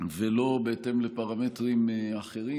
ולא בהתאם לפרמטרים אחרים.